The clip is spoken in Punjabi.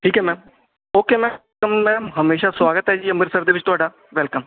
ਠੀਕ ਹੈ ਮੈਮ ਓਕੇ ਮੈਮ ਮੈਡਮ ਹਮੇਸ਼ਾ ਸਵਾਗਤ ਹੈ ਜੀ ਅੰਮ੍ਰਿਤਸਰ ਦੇ ਵਿੱਚ ਤੁਹਾਡਾ ਵੈਲਕਮ